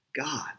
God